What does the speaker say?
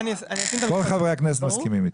כל חברי הכנסת מסכימים איתי.